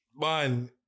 Man